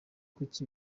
kuki